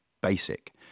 basic